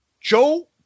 Joe